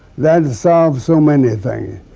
that solved so many things.